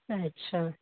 अच्छा